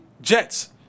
Jets